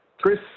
Chris